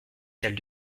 celle